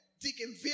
Deacon